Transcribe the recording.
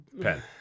Pen